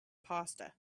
pasta